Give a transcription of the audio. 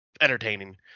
entertaining